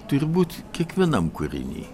turbūt kiekvienam kūriny